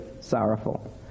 sorrowful